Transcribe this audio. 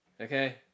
Okay